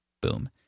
Boom